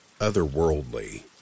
otherworldly